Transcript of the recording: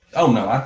oh, no. yeah,